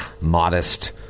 modest